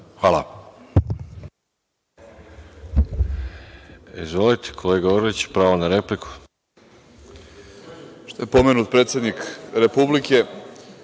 Hvala.